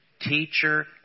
Teacher